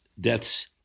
deaths